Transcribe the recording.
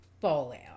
fallout